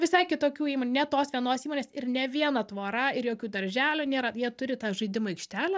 visai kitokių įmonių ne tos vienos įmonės ir ne viena tvora ir jokių darželių nėra jie turi tą žaidimų aikštelę